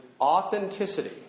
authenticity